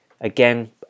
Again